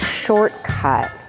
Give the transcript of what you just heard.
shortcut